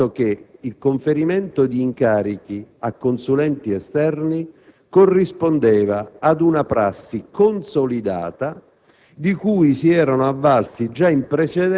si richiamava innanzitutto l'attenzione sul fatto che il conferimento di incarichi a consulenti esterni corrispondeva ad una prassi consolidata,